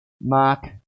Mark